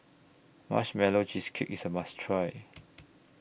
Marshmallow Cheesecake IS A must Try